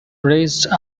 released